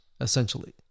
essentially